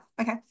Okay